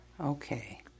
Okay